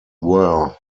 were